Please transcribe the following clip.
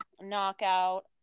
knockout